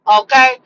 Okay